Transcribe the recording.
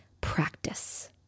practice